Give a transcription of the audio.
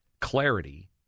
clarity